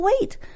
wait